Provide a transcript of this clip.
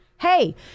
Hey